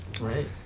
right